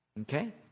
Okay